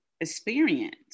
experience